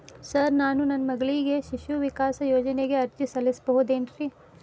Sir ನಾನು ನನ್ನ ಮಗಳಿಗೆ ಶಿಶು ವಿಕಾಸ್ ಯೋಜನೆಗೆ ಅರ್ಜಿ ಸಲ್ಲಿಸಬಹುದೇನ್ರಿ?